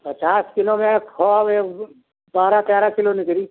पचास किलो मे खोआ भी बारह तेरह किलो निकली